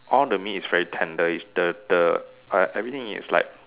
all the meat is very tender is the the uh everything is like